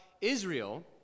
Israel